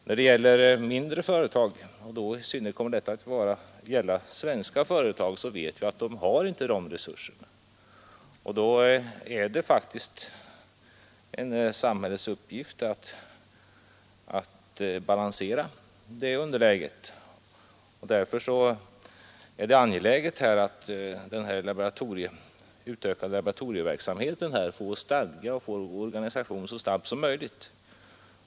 När det däremot gäller mindre företag — detta kommer i synnerhet att gälla svenska företag — vet vi att dessa inte har samma resurser, och då är det faktiskt samhällets uppgift att balansera det underläget. Därför är det angeläget att den utökade laboratorieverksamheten får stadga och organisation så snabbt som möjligt.